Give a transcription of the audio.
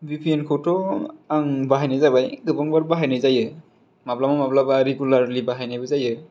VPN खौथ' आं बाहायनाय जाबाय गोबांबार बाहायनाय जायो माब्लाबा माब्लाबा रिगुलारलि बाहायनायबो जायो